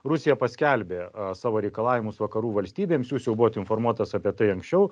rusija paskelbė savo reikalavimus vakarų valstybėms jūs jau buvot informuotas apie tai anksčiau